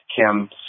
Kim